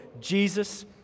Jesus